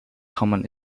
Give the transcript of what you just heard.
common